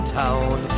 town